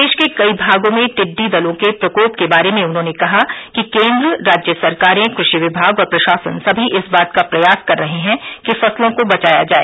देश के कई भागों में टिड्डी दलों के प्रकोप के बारे में उन्होंने कहा कि केंद्र राज्य सरकारें कृषि विभाग और प्रशासन सभी इस बात का प्रयास कर रहे हैं कि फसलों को बचाया जाए